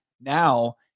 Now